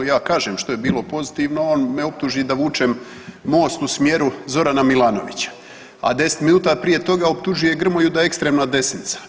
Ja kažem što je bilo pozitivno, on me optuži da vučem most u smjeru Zorana Milanovića, a 10 minuta prije toga optužuje Grmoju da je ekstremna desnica.